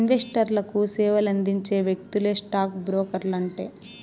ఇన్వెస్టర్లకు సేవలందించే వ్యక్తులే స్టాక్ బ్రోకర్లంటే